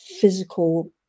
physical